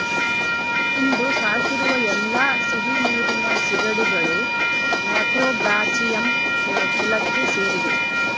ಇಂದು ಸಾಕಿರುವ ಎಲ್ಲಾ ಸಿಹಿನೀರಿನ ಸೀಗಡಿಗಳು ಮ್ಯಾಕ್ರೋಬ್ರಾಚಿಯಂ ಕುಲಕ್ಕೆ ಸೇರಿವೆ